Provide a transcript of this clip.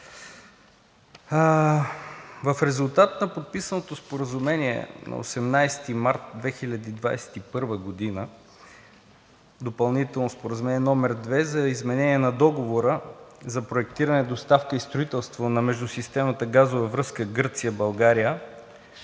В резултат на подписаното Споразумение на 18 март 2021 г., Допълнително споразумение № 2 за изменение на Договора за проектиране, доставка и строителство на междусистемната газова връзка Гърция – България,